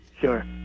Sure